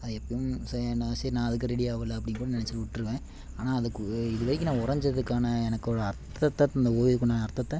அது எப்பேயும் சரி நான் சரி நான் அதுக்கு ரெடியாகல அப்படின்னு கூட நினச்சிட்டு விட்ருவேன் ஆனால் அதுக்கு இதுவரைக்கும் நான் வரைஞ்சதுக்கான எனக்கு ஒரு அர்த்தத்தை இந்த ஓவியத்துக்குண்டான அர்த்தத்தை